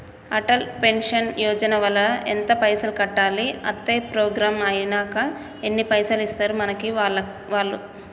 Atal pension Yojana ల ఎంత పైసల్ కట్టాలి? అత్తే ప్రోగ్రాం ఐనాక ఎన్ని పైసల్ ఇస్తరు మనకి వాళ్లు?